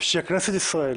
שכנסת ישראל